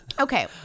okay